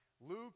Luke